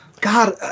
God